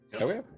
Okay